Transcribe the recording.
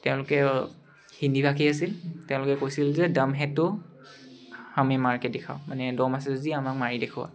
তেওঁলোকে হিন্দীভাষী আছিল তেওঁলোকে কৈছিল যে দম হ্যে তো হমে মাৰকে দিখাও মানে দম আছে যদি আমাক মাৰি দেখুওৱা